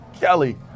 Kelly